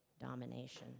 domination